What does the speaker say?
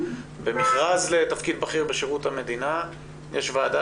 במכרז לתפקיד בכיר בשירות המדינה יש ועדה